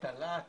את הלהט